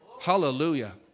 Hallelujah